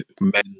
men